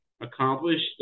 accomplished